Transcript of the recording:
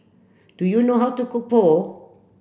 do you know how to cook Pho